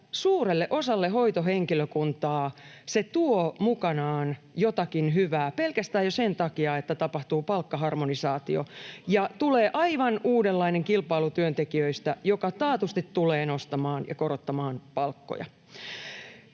suurelle osalle hoitohenkilökuntaa se tuo mukanaan jotakin hyvää pelkästään jo sen takia, että tapahtuu palkkaharmonisaatio ja tulee aivan uudenlainen kilpailu työntekijöistä, mikä taatusti tulee nostamaan ja korottamaan palkkoja.